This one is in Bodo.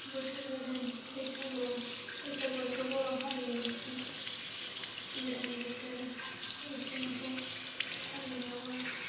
बोसोर गोदान बैसागु बैसागुआथ' बर' हारिनि मोनसे गोदान बोसोर लोगोसे बेखौ फालिनायावबो